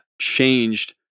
changed